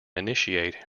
initiate